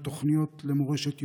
לתוכניות למורשת יהודית,